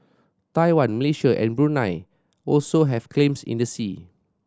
Taiwan Malaysia and Brunei also have claims in the sea